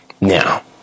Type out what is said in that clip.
now